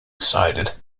excited